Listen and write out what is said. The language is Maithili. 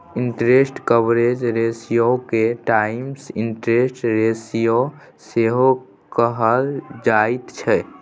इंटरेस्ट कवरेज रेशियोके टाइम्स इंटरेस्ट रेशियो सेहो कहल जाइत छै